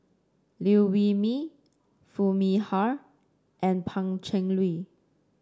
Liew Wee Mee Foo Mee Har and Pan Cheng Lui